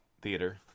Theater